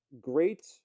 great